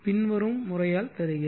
பின்வரும் முறையால் தருகிறேன்